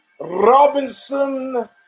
Robinson